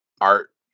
art